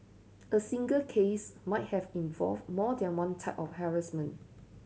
a single case might have involved more than one type of harassment